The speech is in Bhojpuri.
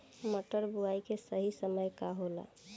मटर बुआई के सही समय का होला?